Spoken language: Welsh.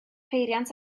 peiriant